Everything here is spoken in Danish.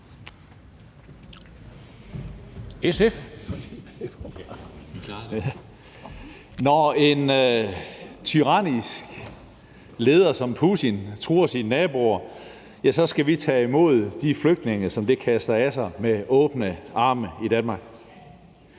(SF): Når en tyrannisk leder som Putin truer sine naboer, skal vi tage imod de flygtninge, som det kaster af sig, med åbne arme i Danmark.